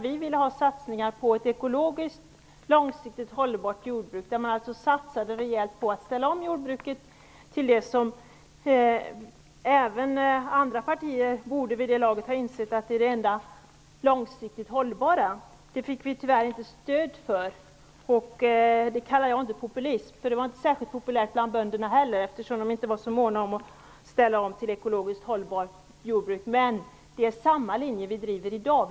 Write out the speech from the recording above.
Vi ville ha satsningar på ett ekologiskt, långsiktigt hållbart jordbruk. Vi ville ha rejäla satsningar på att ställa om jordbruket till det som även andra partier vid det laget borde ha sett som det enda långsiktigt hållbara. Detta fick vi tyvärr inget stöd för. Jag vill inte kalla det för populism; det var ju inte särskilt populärt bland bönderna heller. De var inte särskilt måna om att ställa om till ett ekologiskt hållbart jordbruk. Vi driver samma linje i dag.